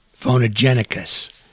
phonogenicus